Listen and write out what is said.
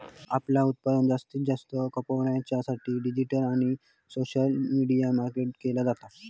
आपला उत्पादन जास्तीत जास्त खपवच्या साठी डिजिटल आणि सोशल मीडिया मार्केटिंग केला जाता